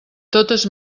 totes